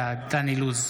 בעד דן אילוז,